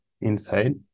inside